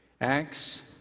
Acts